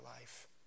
life